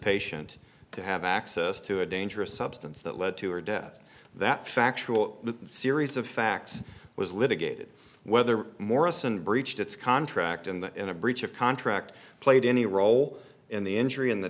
patient to have access to a dangerous substance that led to her death that factual the series of facts was litigated whether morrison breached its contract and in a breach of contract played any role in the injury and the